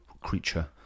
creature